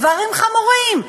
דברים חמורים,